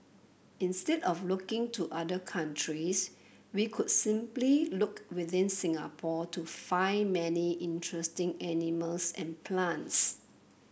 instead of looking to other countries we could simply look within Singapore to find many interesting animals and plants